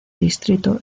distrito